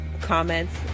comments